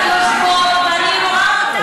יושבות ואני רואה אותן.